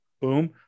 Boom